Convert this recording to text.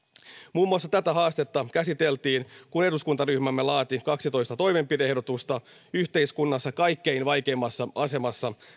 muun muassa tätä haastetta käsiteltiin kun eduskuntaryhmämme laati kaksitoista toimenpide ehdotusta yhteiskunnassa kaikkein vaikeimmassa asemassa